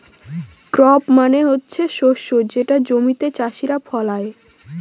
crop মানে হচ্ছে শস্য যেটা জমিতে চাষীরা ফলায়